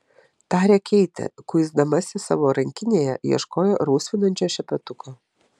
tarė keitė kuisdamasi savo rankinėje ieškojo rausvinančio šepetuko